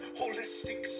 holistic